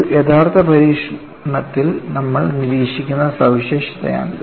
ഒരു യഥാർത്ഥ പരീക്ഷണത്തിൽ നമ്മൾ നിരീക്ഷിക്കുന്ന സവിശേഷതയാണിത്